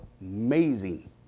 amazing